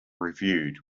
reviewed